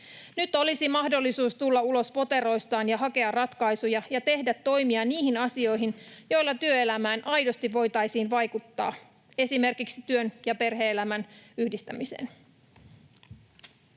Nyt olisi mahdollisuus tulla ulos poteroistaan ja hakea ratkaisuja ja tehdä toimia niihin asioihin, joilla voitaisiin aidosti vaikuttaa työelämään, esimerkiksi työn ja perhe-elämän yhdistämiseen.